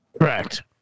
Correct